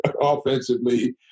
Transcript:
offensively